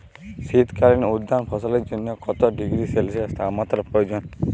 শীত কালীন উদ্যান ফসলের জন্য কত ডিগ্রী সেলসিয়াস তাপমাত্রা প্রয়োজন?